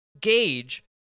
gauge